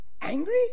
Angry